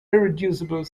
irreducible